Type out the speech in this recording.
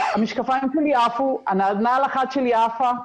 המשקפיים שלי עפו, נעל אחת שלי עפה,